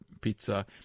pizza